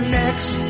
next